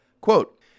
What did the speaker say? Quote